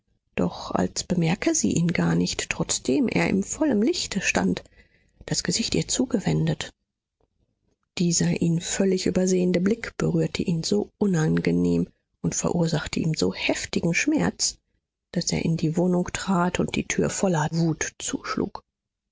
doch als bemerke sie ihn gar nicht trotzdem er im vollen lichte stand das gesicht ihr zugewendet dieser ihn völlig übersehende blick berührte ihn so unangenehm und verursachte ihm so heftigen schmerz daß er in die wohnung trat und die tür voller wut zuschlug